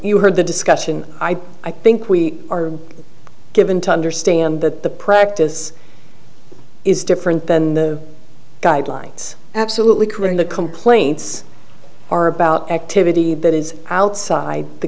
you heard the discussion i think we are given to understand that the practice is different then the guidelines absolutely correct the complaints are about activity that is outside the